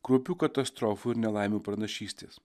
kraupių katastrofų ir nelaimių pranašystės